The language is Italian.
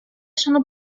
sono